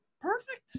Perfect